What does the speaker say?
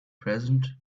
present